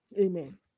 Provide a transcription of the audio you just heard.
Amen